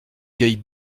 vieille